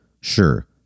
Sure